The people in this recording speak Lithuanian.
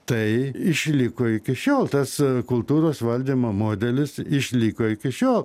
tai išliko iki šiol tas kultūros valdymo modelis išliko iki šiol